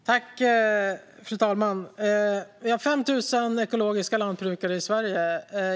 Fru talman! I Sverige finns 5 000 ekologiska lantbrukare.